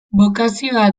bokazioa